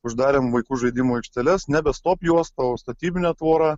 uždarėm vaikų žaidimų aikšteles nebe stop juosta o statybine tvora